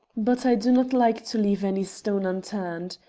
but i do not like to leave any stone unturned.